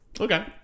Okay